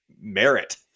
merit